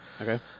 Okay